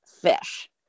fish